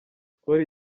skol